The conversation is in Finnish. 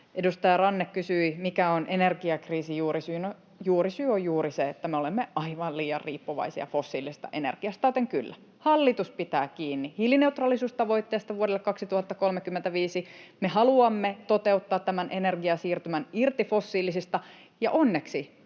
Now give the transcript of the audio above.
Edustaja Ranne kysyi, mikä on energiakriisin juurisyy. No, juurisyy on juuri se, että me olemme aivan liian riippuvaisia fossiilisesta energiasta, joten kyllä, hallitus pitää kiinni hiilineutraalisuustavoitteesta vuodelle 2035. Me haluamme toteuttaa tämän energiasiirtymän irti fossiilisista, ja onneksi